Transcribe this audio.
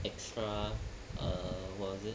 extra uh was it